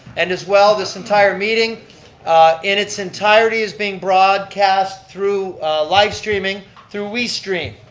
and as well, this entire meeting in its entirety is being broadcast through live streaming through we stream.